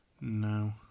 No